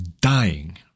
dying